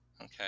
Okay